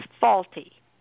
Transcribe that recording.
faulty